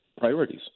priorities